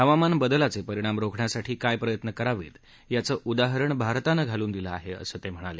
हवामान बदलाचे परिणाम रोखण्यासाठी काय प्रयत्न करावेत याचं उदाहरण भारतानं घालून दिलं आहे असं ते म्हणाले